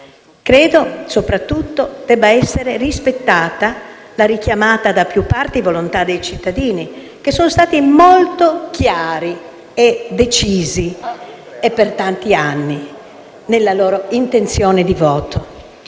che, soprattutto, debba essere rispettata da più parti richiamata volontà dei cittadini, che sono stati molto chiari e decisi, e per molti anni, nella loro intenzione di voto.